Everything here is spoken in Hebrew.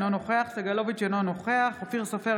אינו נוכח יואב סגלוביץ' אינו נוכח אופיר סופר,